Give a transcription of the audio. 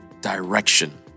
direction